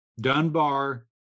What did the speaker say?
Dunbar